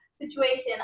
situation